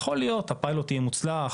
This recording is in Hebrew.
יכול להיות שהפיילוט יהיה מוצלח,